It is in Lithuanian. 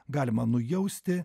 galima nujausti